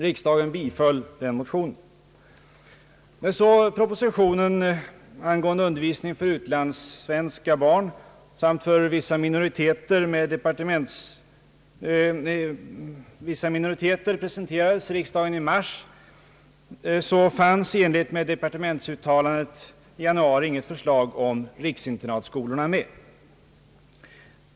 Riksdagen biföll den motionen. När så propositionen angående undervisning för utlandssvenska barn och för vissa minoriteter presenterades i riksdagen i mars, fanns i enlighet med departementsuttalandet i januari inget förslag om riksinternatskolorna med.